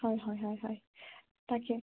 হয় হয় হয় হয় তাকে